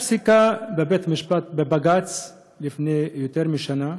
הייתה פסיקה בבג"ץ לפני יותר משנה,